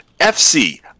FC